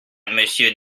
monsieur